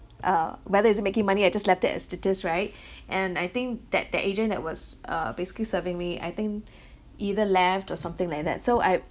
uh whether it's making money I just let it as it is right and I think that that agent that was uh basically serving me I think either left or something like that so I